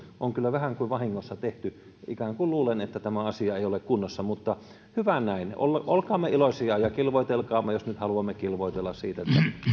on kyllä vähän kuin vahingossa tehty ikään kuin luullen että tämä asia ei ole kunnossa mutta hyvä näin olkaamme iloisia ja kilvoitelkaamme jos nyt haluamme kilvoitella siitä